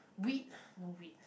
we no weak